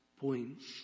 points